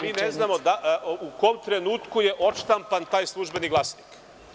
Mi ne znamo u kom trenutku je odštampan taj „Službeni glasnik“